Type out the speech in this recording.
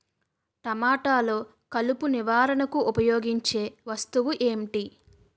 టమాటాలో కలుపు నివారణకు ఉపయోగించే వస్తువు ఏంటి?